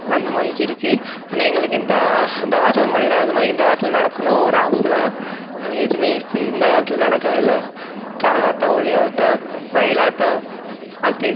அந்தமாரிக்கி இருக்குது ஆனால் எங்களுக்கு இந்த அந்தக் காலத்தில் மாரி நடந்த மாரிக்கி இந்த காலத்தில் நடக்கணும்னு ஒரு ஆசை தான் ஆனால் எதுவுமே இப்போ இந்தக் காலத்தில் நடக்கவே இல்லை கரகாட்டம் ஒயிலாட்டம் மயிலாட்டம் அடுத்து